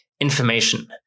information